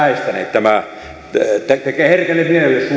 tämä tekee herkälle mielelle suorastaan